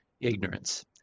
ignorance